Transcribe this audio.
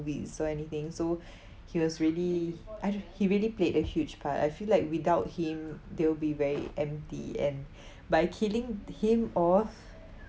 movies or anything so he was really I don't know he really played a huge part I feel like without him they will be very empty and by killing him off